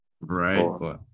Right